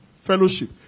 Fellowship